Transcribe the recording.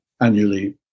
annually